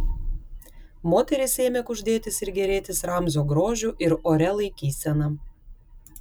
moterys ėmė kuždėtis ir gėrėtis ramzio grožiu ir oria laikysena